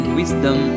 wisdom